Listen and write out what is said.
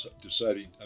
deciding